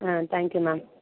ah thank you ma'am